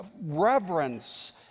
reverence